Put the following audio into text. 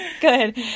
Good